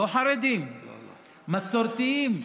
לא חרדים, מסורתיים,